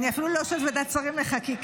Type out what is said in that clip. אני אפילו לא יושבת בוועדת שרים לחקיקה.